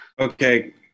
Okay